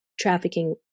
trafficking